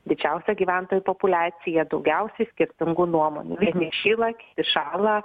didžiausia gyventojų populiacija daugiausiai skirtingų nuomonių vieni šyla kiti šąla